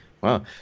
Wow